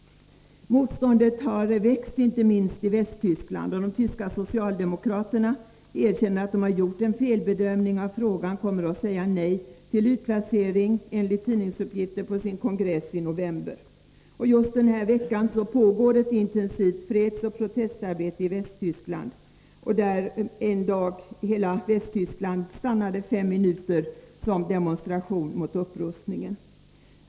Motståndet har växt, inte minst i Västtyskland. De tyska socialdemokraterna erkänner att de har gjort en felbedömning av frågan och kommer enligt tidningsuppgifter att vid sin kongress i november säga nej till utplaceringen. Och just den här veckan pågår ett intensivt fredsoch protestarbete i Västtyskland, där en viss dag hela Tyskland stannade i fem minuter som en demonstration mot upprustningen.